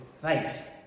faith